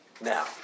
Now